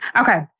Okay